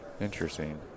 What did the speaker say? interesting